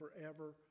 forever